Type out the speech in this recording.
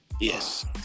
Yes